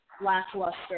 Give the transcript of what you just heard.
lackluster